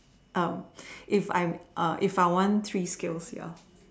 um if I err if I want three skills ya